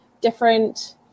different